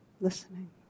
Listening